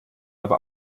aber